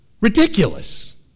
Ridiculous